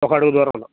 ఒక అడుగు దూరంలో